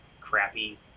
crappy